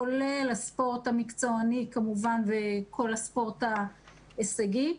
כולל הספורט המקצועני כמובן וכל הספורט ההישגי.